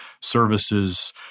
services